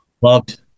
loved